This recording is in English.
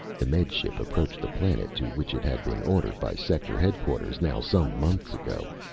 the med ship approached the planet to which it had been ordered by sector headquarters now some months ago.